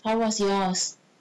how was yours